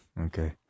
Okay